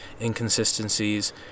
inconsistencies